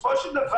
בסופו של דבר,